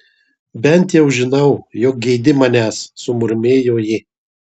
bent jau žinau jog geidi manęs sumurmėjo ji